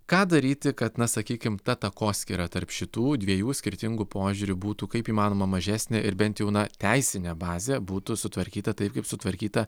ką daryti kad na sakykim ta takoskyra tarp šitų dviejų skirtingų požiūrių būtų kaip įmanoma mažesnė ir bent jau na teisinė bazė būtų sutvarkyta taip kaip sutvarkyta